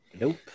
Nope